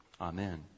Amen